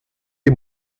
est